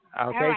Okay